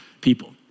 people